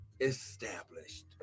established